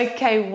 Okay